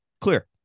clear